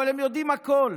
אבל הן יודעות הכול.